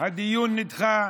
הדיון נדחה,